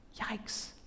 Yikes